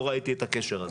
לא ראיתי את הקשר הזה.